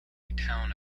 town